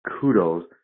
kudos –